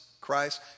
Christ